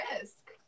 risk